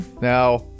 Now